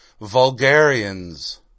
vulgarians